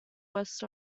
west